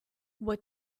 what